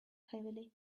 heavily